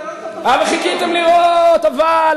חיכינו לראות את התוצאות אז.